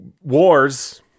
wars